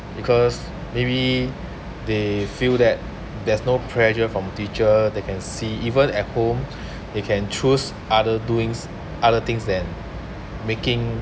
because maybe they feel that there's no pressure from teacher they can see even at home they can choose other doings other things than making